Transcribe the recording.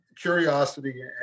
curiosity